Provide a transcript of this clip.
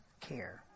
care